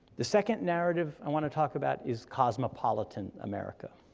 the second narrative i wanna talk about is cosmopolitan america.